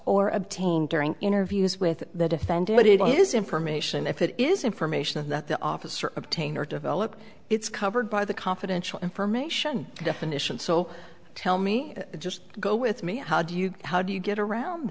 or obtained during interviews with the defendant it is information if it is information that the officer obtain or develop it's covered by the confidential information definition so tell me just go with me how do you how do you get around